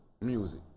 music